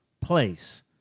place